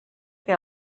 que